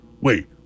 Wait